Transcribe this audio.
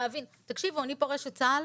תקשיבו, אני פורשת צה"ל